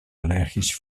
allergisch